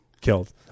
Killed